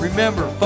Remember